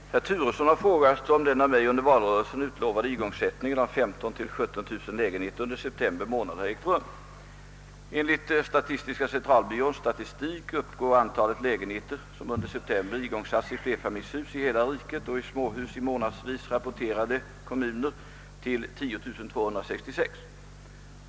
Herr talman! Herr Turesson har frågat om den av mig under valrörelsen utlovade igångsättningen av 15 000— 17 000 lägenheter under september månad har ägt rum. stik uppgår antalet lägenheter som under september igångsatts i flerfamiljshus i hela riket och i småhus i månadsvis rapporterande kommuner till 10 266.